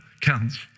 counts